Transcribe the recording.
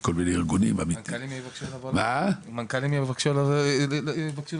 מכל מיני ארגונים --- מנכ"לים יבקשו להגיע